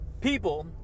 People